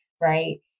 right